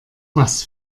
was